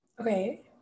okay